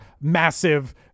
massive